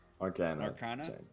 Arcana